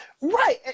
Right